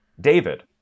David